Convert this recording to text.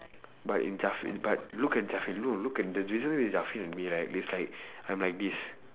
but in but look at no look at the reason why it's and me right it's like I'm like this